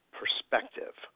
perspective